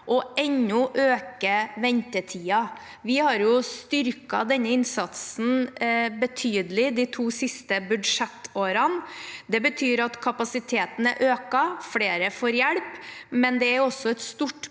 og enda øker ventetiden. Vi har styrket denne innsatsen betydelig de to siste budsjettårene. Det betyr at kapasiteten er økt, at flere får hjelp, men det er også et stort